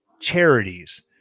charities